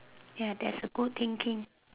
ya that's a good thinking